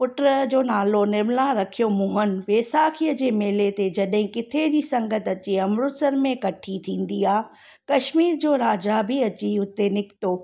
पुटजो नालो निर्मला रखियाऊं मोहन बेसाखीअ जे मेले ते जॾहिं किथे जी संगति अची अमृतसर में इकट्ठी थींदी आहे कश्मीर जो राजा बि अची उते निकितो